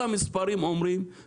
לדעתי היא חורגת בכלל מהסמכויות שלה.